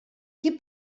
qui